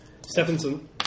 Stephenson